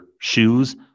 shoes